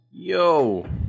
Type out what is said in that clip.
yo